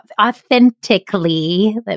authentically